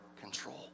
control